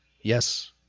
Yes